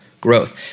growth